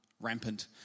rampant